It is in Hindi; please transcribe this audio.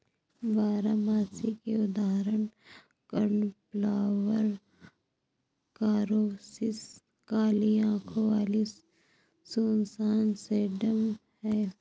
बारहमासी के उदाहरण कोर्नफ्लॉवर, कोरॉप्सिस, काली आंखों वाली सुसान, सेडम हैं